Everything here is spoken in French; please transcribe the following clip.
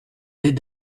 des